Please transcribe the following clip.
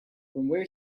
where